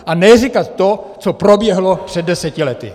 A ne říkat to, co proběhlo před deseti lety!